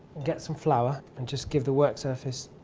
get some flour and just give the work surface,